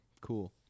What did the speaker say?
Cool